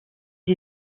ses